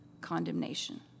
condemnation